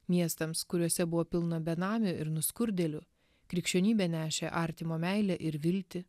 miestams kuriuose buvo pilna benamių ir nuskurdėlių krikščionybė nešė artimo meilę ir viltį